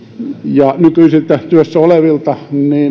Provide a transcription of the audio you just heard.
ja nykyisin työssä olevilta